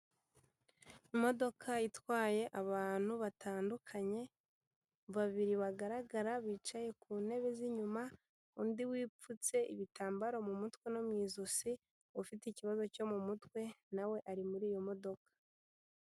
Imodoka itwaye abantu batandukanye, babiri bagaragara, bicaye ku ntebe z'inyuma, undi wipfutse ibitambaro mu mutwe no mu ijosi, ufite ikibazo cyo mu mutwe, na we ari muri iyo modoka.